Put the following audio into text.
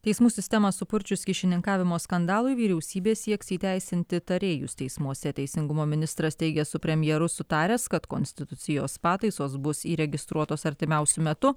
teismų sistemą supurčius kyšininkavimo skandalui vyriausybė sieks įteisinti tarėjus teismuose teisingumo ministras teigia su premjeru sutaręs kad konstitucijos pataisos bus įregistruotos artimiausiu metu